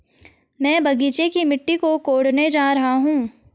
मैं बगीचे की मिट्टी कोडने जा रहा हूं